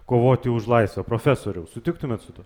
kovoti už laisvę profesoriau sutiktumėt su tuo